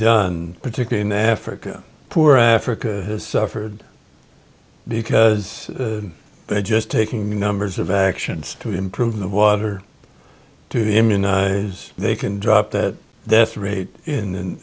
done particularly naff or poor africa has suffered because they're just taking numbers of actions to improve the water to the immunize they can drop that death rate in